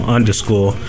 Underscore